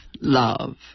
love